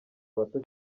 bato